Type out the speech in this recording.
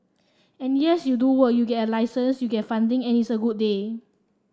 and yes you do work you get a license you get funding and it's a good day